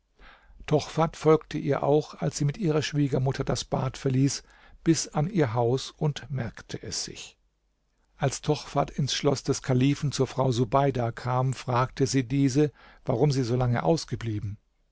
tochfat folgte ihr auch als sie mit ihrer schwiegermutter das bad verließ bis an ihr haus und merkte es sich als tochfat ins schloß des kalifen zur frau subeida kam fragte sie diese warum sie solange ausgeblieben